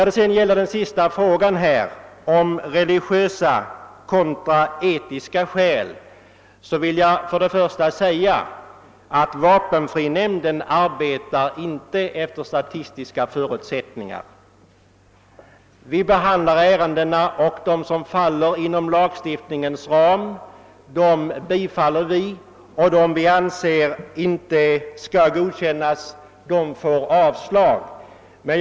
Beträffande den sist ställda frågan om religiösa kontra etiska skäl vill jag först och främst framhålla att vapenfrinämnden inte arbetar efter statistiska principer. Vi behandlar ärendena inom lagstiftningens ram, och i de fall där förutsättningar härför finns bifaller vi ansökningarna.